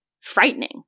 frightening